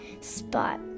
Spot